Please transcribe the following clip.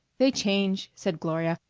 they change, said gloria.